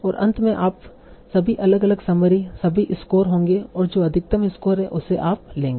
और अंत में आपके पास सभी अलग अलग समरी सभी स्कोर होंगे और जो अधिकतम स्कोर है उसे आप लेंगे